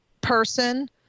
person